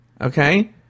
Okay